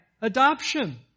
adoption